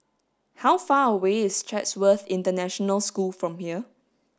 how far away is Chatsworth International School from here